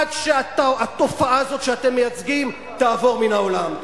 עד שהתופעה הזאת שאתם מייצגים תעבור מן העולם.